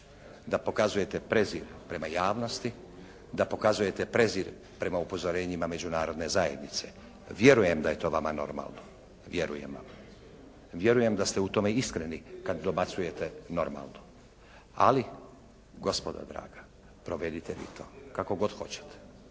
da pokazujete prezir prema javnosti, da pokazujete prezir prema upozorenjima Međunarodne zajednice. Vjerujem da je to vama normalno, vjerujem vam. Vjerujem da ste u tome iskreni kad dobacujete: «Normalno». Ali gospodo draga provedite vi to kako god hoćete,